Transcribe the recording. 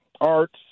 arts